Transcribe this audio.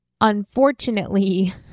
unfortunately